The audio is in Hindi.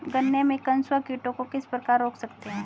गन्ने में कंसुआ कीटों को किस प्रकार रोक सकते हैं?